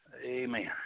Amen